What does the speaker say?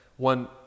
one